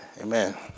Amen